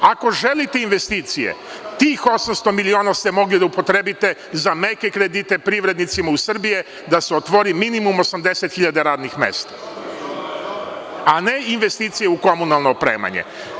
Ako želite investicije, tih 800 miliona ste mogli da upotrebite za meke kredite privrednicima u Srbiji, da se otvori minimum 80 hiljada radnih mesta, a ne investicije u komunalno opremanje.